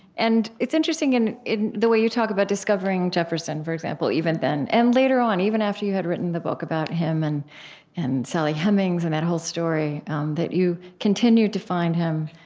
and it's interesting in in the way you talk about discovering jefferson, for example, even then, and later on, even after you had written the book about him and and sally hemings and that whole story that you continued to find him,